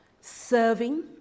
serving